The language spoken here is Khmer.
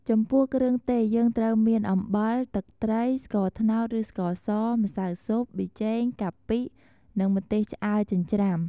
ចំពោះគ្រឿងទេស យើងត្រូវមាន អំបិល ទឹកត្រី ស្ករត្នោតឬស្ករស ម្សៅស៊ុប ប៊ីចេង កាពិ និងម្ទេសឆ្អើរចិញ្រ្ចាំ។